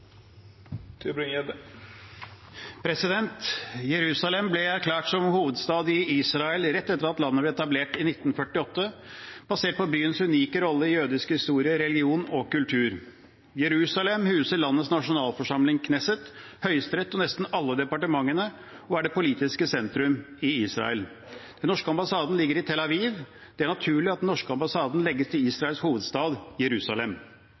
Jerusalem ble erklært som hovedstad i Israel rett etter at landet ble etablert i 1948, basert på byens unike rolle i jødisk historie, religion og kultur. Jerusalem huser landets nasjonalforsamling, Knesset, høyesterett og nesten alle departementene, og er det politiske sentrum i Israel. Den norske ambassaden ligger i Tel Aviv. Det er naturlig at den norske ambassaden legges til Israels hovedstad, Jerusalem.